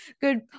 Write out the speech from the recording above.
good